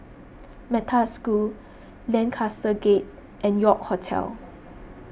Metta School Lancaster Gate and York Hotel